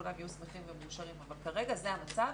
כולם יהיו שמחים ומאושרים אבל כרגע זה המצב